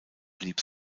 blieb